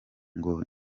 ngo